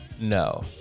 No